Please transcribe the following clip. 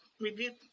review